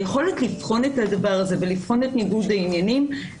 היכולת לבחן את הדבר הזה ולבחון את ניגוד העניינים,